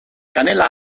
kanela